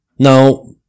Now